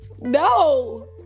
no